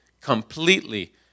completely